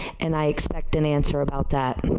and i expect an answer about that.